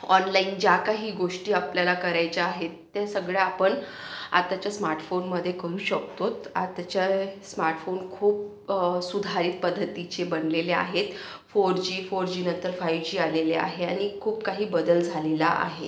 online ज्या काही गोष्टी आपल्याला करायच्या आहेत त्या सगळ्या आपण आताच्या स्मार्टफोनमध्ये करू शकतो आताच्या स्मार्टफोन खूप सुधारित पद्धतीचे बनलेले आहेत फोर जी फोर जीनंतर फायू जी आलेले आहे आणि खूप काही बदल झालेला आहे